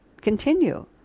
continue